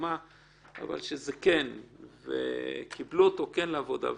שזה כך וקיבלו אותו לעבודה,